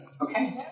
Okay